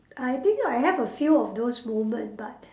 I think I have a few of those moment but